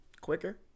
quicker